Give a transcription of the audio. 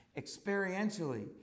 experientially